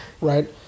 right